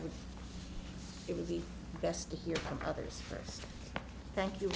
would it would be best to hear from others first thank you